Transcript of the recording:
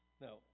No